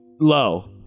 low